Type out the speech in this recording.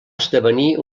esdevenir